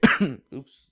oops